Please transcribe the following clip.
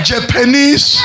Japanese